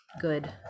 good